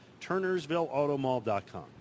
turnersvilleautomall.com